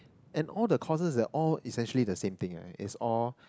and all the course they are all essentially the same thing eh it's all